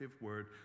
word